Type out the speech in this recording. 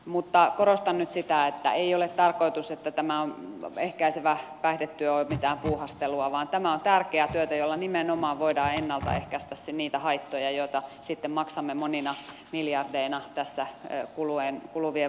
mutta korostan nyt sitä että ei ole tarkoitus että tämä ehkäisevä päihdetyö on mitään puuhastelua vaan tämä on tärkeää työtä jolla nimenomaan voidaan ennalta ehkäistä niitä haittoja joita sitten maksamme monina miljardeina tässä kuluvien vuosienkin aikana